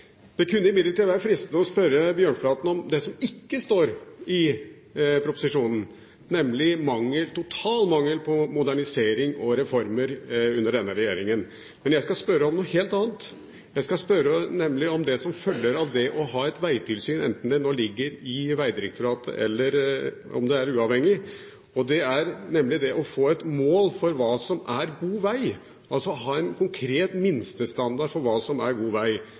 Det kunne imidlertid være fristende å spørre Bjørnflaten om det som ikke står i proposisjonen, nemlig at det er total mangel på modernisering og reformer under denne regjeringen. Men jeg skal spørre om noe helt annet, om følgene av å ha et vegtilsyn, enten det nå ligger under Vegdirektoratet eller det er uavhengig. Det er nemlig viktig å ha et mål for hva som er god vei, altså ha en konkret minstestandard for hva som er god vei.